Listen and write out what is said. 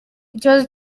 ikibazo